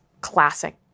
classic